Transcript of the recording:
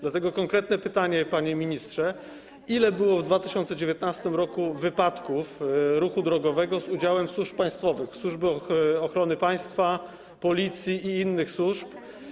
Dlatego konkretne pytanie, panie ministrze: Ile było w 2019 r. wypadków ruchu drogowego z udziałem służb państwowych, Służby Ochrony Państwa, Policji i innych służb?